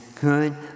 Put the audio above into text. good